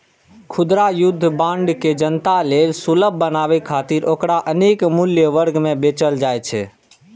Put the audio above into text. खुदरा युद्ध बांड के जनता लेल सुलभ बनाबै खातिर ओकरा अनेक मूल्य वर्ग मे बेचल जाइ छै